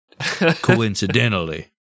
Coincidentally